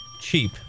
cheap